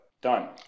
Done